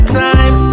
time